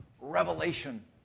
revelation